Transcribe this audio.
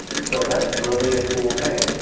so that's really a cool thing.